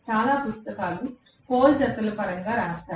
చాలా పుస్తకాలు పోల్ జతల పరంగా వ్రాస్తాయి